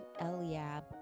Eliab